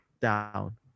down